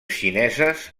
xineses